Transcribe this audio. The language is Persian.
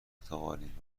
پرتغالیم